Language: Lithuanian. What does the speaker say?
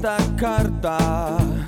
dar kartą